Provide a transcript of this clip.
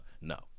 no